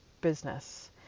business